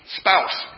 spouse